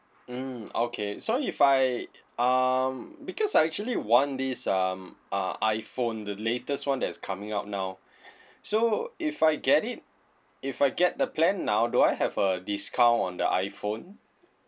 mm okay so if I um because I actually want this um uh iphone the latest one that is coming out now so if I get it if I get the plan now do I have a discount on the iphone